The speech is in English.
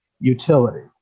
utility